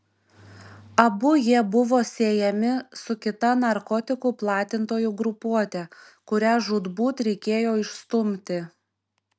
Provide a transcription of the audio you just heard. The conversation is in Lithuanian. abu jie buvo siejami su kita narkotikų platintojų grupuote kurią žūtbūt reikėjo išstumti